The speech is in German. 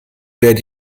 werde